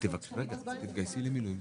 אי-אפשר לרשום שיינתן פיצוי שכר לאחד ההורים,